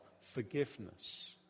forgiveness